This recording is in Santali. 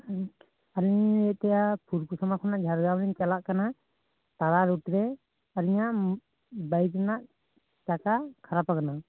ᱟᱞᱤᱧ ᱞᱤᱧ ᱞᱟᱹᱭᱮᱫ ᱛᱟᱦᱮᱸᱱᱟ ᱯᱷᱩᱞᱠᱩᱥᱢᱟ ᱠᱷᱚᱱᱟᱜ ᱡᱷᱟᱲᱜᱨᱟᱢ ᱞᱤᱧ ᱪᱟᱞᱟᱜ ᱠᱟᱱᱟ ᱛᱟᱞᱟ ᱨᱩᱴᱨᱮ ᱟᱞᱤᱧᱟᱜ ᱵᱟᱭᱤᱠ ᱨᱮᱱᱟᱜ ᱪᱟᱠᱟ ᱠᱷᱟᱨᱟᱯᱟ ᱠᱟᱱᱟ